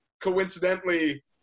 coincidentally